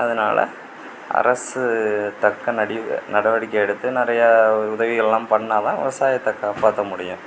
அதனால அரசு தக்க நடிவு நடவடிக்கை எடுத்து நிறையா உதவிகளெலாம் பண்ணிணாதான் விவசாயத்தை காப்பாற்ற முடியும்